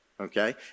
Okay